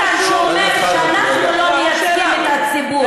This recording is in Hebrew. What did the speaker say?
חיילות צה"ל לא נכנסות לוועדה שלה.